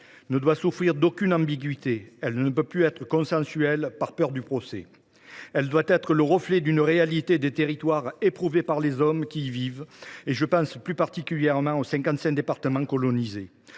ne doit souffrir d’aucune ambiguïté : elle ne peut plus être consensuelle par peur du procès. Elle doit être le reflet d’une réalité des territoires éprouvée par les hommes qui y vivent ; je pense plus particulièrement aux cinquante cinq départements colonisés.